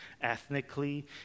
ethnically